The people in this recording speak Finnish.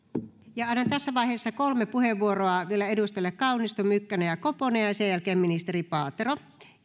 annan tässä vaiheessa kolme puheenvuoroa vielä edustajille kaunisto mykkänen ja koponen ja sen jälkeen ministeri paatero